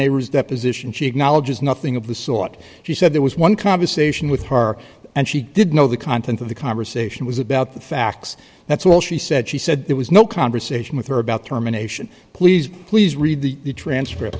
neighbor's deposition she acknowledges nothing of the sort she said there was one conversation with her and she did know the content of the conversation was about the facts that's all she said she said there was no conversation with her about terminations please please read the transcript